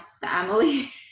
family